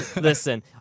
listen